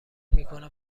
میکنم